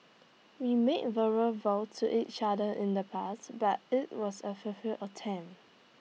we made vows to each other in the past but IT was A fulfil attempt